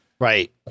Right